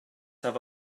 have